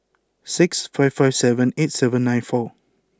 six five five seven eight seven nine four